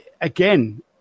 again